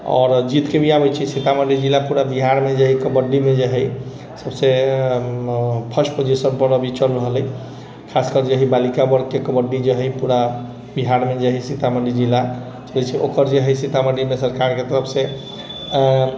आओर जीतके भी आबैत छै सीतामढ़ी जिला पूरा बिहारमे जे हइ कबड्डीमे जे हइ सभसँ फर्स्ट पोजिशन पर अभी चल रहल हइ खासकर जे हइ बालिका वर्गके कबड्डी जे हइ पूरा बिहारमे जे हइ सीतामढ़ी जिला जे छै ओकर जे हइ सीतामढ़ीमे सरकारके तरफसँ